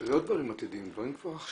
זה לא דברים עתידיים, אלה דברים עכשוויים.